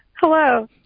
Hello